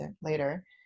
later